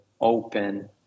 open